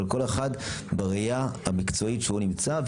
אבל כל אחד בראייה המקצועית שהוא נמצא.